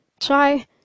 Try